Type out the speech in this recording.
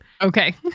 okay